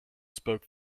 spoke